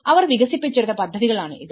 അവർ വികസിപ്പിച്ചെടുത്ത പദ്ധതികളാണ് ഇത്